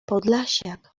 podlasiak